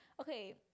Okay